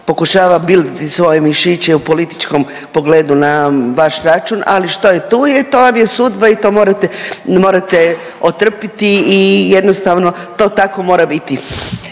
pokušava bildati svoje mišiće i u političkom pogledu na vaš račun, ali što je, tu je, to vam je sudba i to morate otrpiti i jednostavno to tako mora biti.